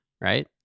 right